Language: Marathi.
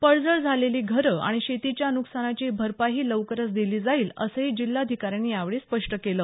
पडझड झालेली घरं आणि शेतीच्या नुकसानाची भरपाईही लवकरच दिली जाईल असंही जिल्हाधिकाऱ्यांनी यावेळी स्पष्ट केलं